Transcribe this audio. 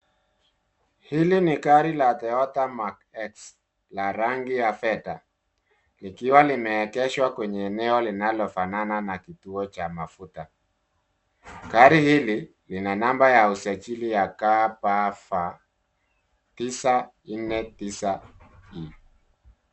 Hili ni gari la Toyota Mark X la rangi ya fedha likiwa limeegeshwa kwenye eneo linalofanana na kituo cha mafuta. Gari hili lina namba ya usajili ya KBV 949E.